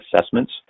assessments